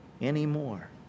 anymore